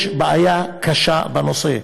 יש בעיה קשה בנושא.